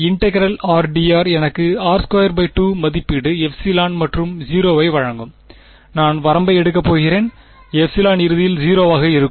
integral rdr எனக்கு r22 மதிப்பீடு ε மற்றும் 0 ஐ வழங்கும் நான் வரம்பை எடுக்கப் போகிறேன் ε இறுதியில் 0 ஆக இருக்கும்